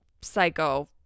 Psycho